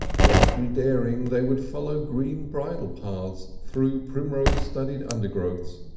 greatly daring, they would follow green bridle paths through primrose studded undergrowths,